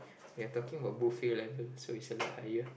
we are talking about buffet level so it's a lot higher